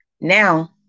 Now